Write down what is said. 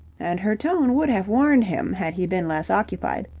and her tone would have warned him had he been less occupied,